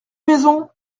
maison